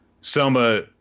Selma